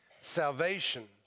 salvation